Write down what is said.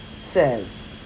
says